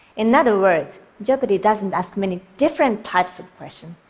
in other words, jeopardy! doesn't ask many different types of questions,